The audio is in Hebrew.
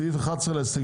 סעיף 8 להסתייגויות.